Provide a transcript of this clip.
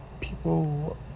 people